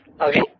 okay